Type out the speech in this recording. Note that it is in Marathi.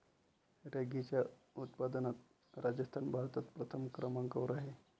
रॅगीच्या उत्पादनात राजस्थान भारतात प्रथम क्रमांकावर आहे